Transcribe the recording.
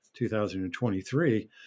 2023